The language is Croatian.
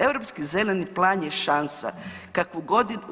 Europski zeleni plan je šansa kakvu